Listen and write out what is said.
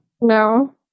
No